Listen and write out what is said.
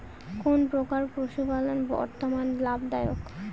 কোন প্রকার পশুপালন বর্তমান লাভ দায়ক?